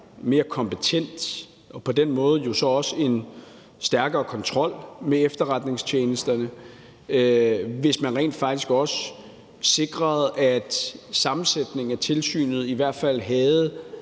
mere kompetent tilsyn og på den måde jo så også en stærkere kontrol med efterretningstjenesterne, hvis man rent faktisk også sikrede, at sammensætningen af tilsynet i hvert fald var